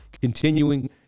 continuing